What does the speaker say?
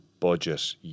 budget